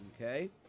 Okay